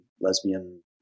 lesbian